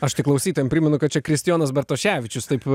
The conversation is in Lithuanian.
aš tai klausytojam primenu kad čia kristijonas bartoševičius taip